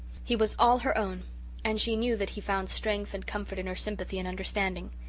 he was all her own and she knew that he found strength and comfort in her sympathy and understanding.